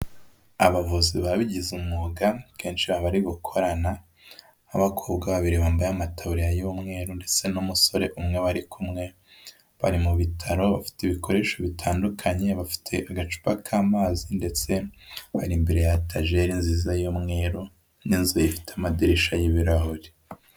Abavuzi babigize umwuga kenshi bari gukorana n'abakobwa babiri bambaye amataburiya y'umweru ndetse n'umusore umwe bari kumwe, bari mu bitaro bafite ibikoresho bitandukanye bafite agacupa k'amazi ndetse bari imbere yatagele nziza y'umweru n'inzu ifite amadirisha y'ibirahure.